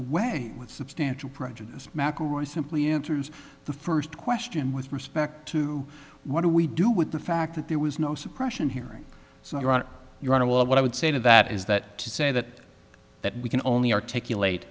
away with substantial prejudice mcelroy simply answers the first question with respect to what do we do with the fact that there was no suppression hearing so you're on your honor well what i would say to that is that to say that that we can only articulate